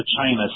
China